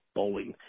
bowling